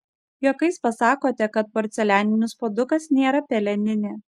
juokais pasakote kad porcelianinis puodukas nėra peleninė